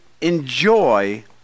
enjoy